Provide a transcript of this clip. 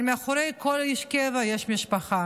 אבל מאחורי כל איש קבע יש משפחה,